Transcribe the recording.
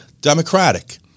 Democratic